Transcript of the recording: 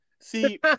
See